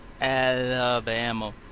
Alabama